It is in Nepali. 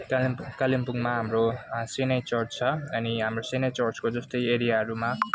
कालिम कालिम्पोङमा हाम्रो सिएनआई चर्च छ अनि हाम्रो सिएनआई चर्चको जस्तै एरियाहरूमा